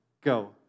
Go